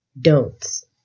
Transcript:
don'ts